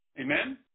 Amen